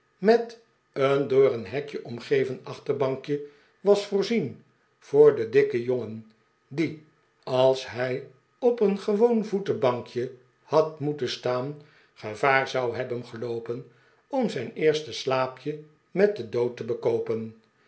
met een door een hekje omgeven achterbankje was voorzien voor den dikken jongen die als hij op een gewoon voetenbankje had moeten staan gevaar zou hebben geloopen om zijn eerste slaapje met den dood te bekoopen